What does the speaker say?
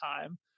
time